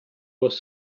was